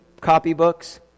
copybooks